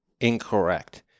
incorrect